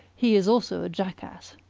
he is also a jackass.